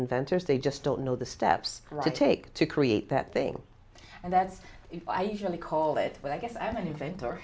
inventors they just don't know the steps to take to create that thing and that's what i usually call it but i guess i'm an event